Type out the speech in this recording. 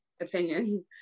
opinion